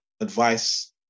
advice